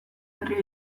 herria